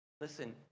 Listen